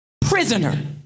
prisoner